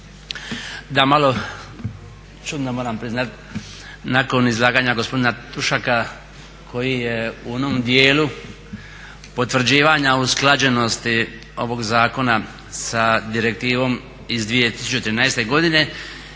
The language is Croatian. Da malo, čudno moram priznati nakon izlaganja gospodina Tušaka koji je u onom dijelu potvrđivanja usklađenosti ovog zakona sa direktivom iz 2013. godine